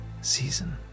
season